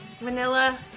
Vanilla